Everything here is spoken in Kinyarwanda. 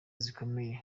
zikomeye